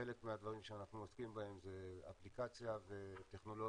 חלק מהדברים שאנחנו עוסקים בהם זה אפליקציה וטכנולוגיה